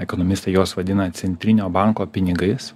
ekonomistai juos vadina centrinio banko pinigais